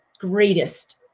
greatest